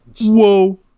whoa